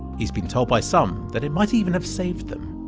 he's been told by some that it might even have saved them,